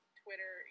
twitter